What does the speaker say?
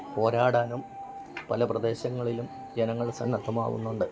പോരാടാനും പല പ്രദേശങ്ങളിലും ജനങ്ങൾ സന്നദ്ധമാവുന്നുണ്ട്